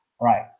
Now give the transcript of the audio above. right